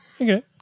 Okay